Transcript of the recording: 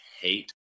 hate